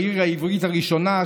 העיר העברית הראשונה,